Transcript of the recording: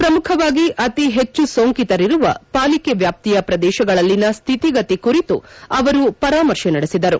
ಪ್ರಮುಖವಾಗಿ ಅತಿ ಹೆಚ್ಚು ಸೋಂಕಿತರಿರುವ ಪಾಲಿಕೆ ವ್ಯಾಪ್ತಿಯ ಪ್ರದೇಶಗಳಲ್ಲಿನ ಶ್ಯಿತಿಗತಿ ಕುರಿತು ಅವರು ಪರಾಮರ್ಶೆ ನಡೆಸಿದರು